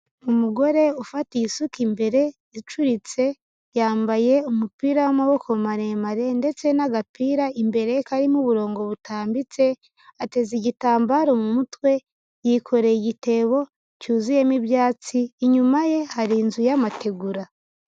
Umugore ufatiye isuka imbere icuritse yambaye umupira w'amaboko maremare ndetse n'agapira imbere karimo uburongo butambitse, ateze igitambaro mu mutwe, yikoreye igitebo cyuzuyemo ibyatsi, inyuma ye hari inzu y'amategura.